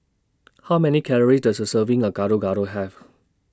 How Many Calories Does A Serving of Gado Gado Have